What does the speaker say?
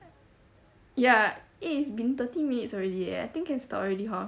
ya eh it's been thirty minutes already eh I think can stop already hor